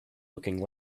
looking